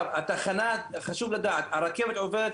חשוב לדעת שהרכבת עוברת